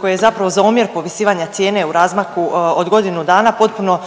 koje zapravo za omjer povisivanja cijene u razmaku od godinu dana potpuno